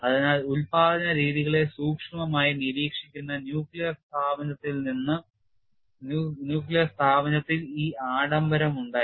അതിനാൽ ഉൽപാദന രീതികളെ സൂക്ഷ്മമായി നിരീക്ഷിക്കുന്ന ന്യൂക്ലിയർ സ്ഥാപനത്തിൽ ഈ ആഡംബരമുണ്ടായിരുന്നു